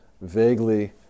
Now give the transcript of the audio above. vaguely